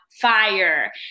fire